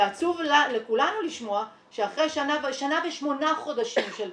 ועצוב לכולנו לשמוע שאחרי שנה ושמונה חודשים של פנייה,